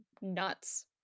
nuts